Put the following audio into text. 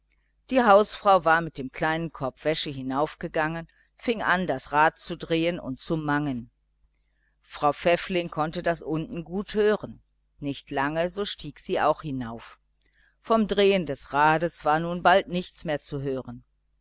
die hausfrau war mit einem kleinen korb wäsche hinaufgegangen fing an das rad zu drehen und zu mangen frau pfäffling konnte das unten gut hören nicht lange so stieg auch sie hinauf vom drehen des rades war bald nichts mehr zu hören